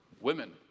women